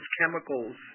chemicals